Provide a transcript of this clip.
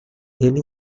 ele